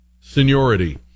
seniority